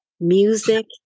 music